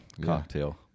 Cocktail